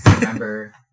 remember